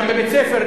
גם בבית-ספר,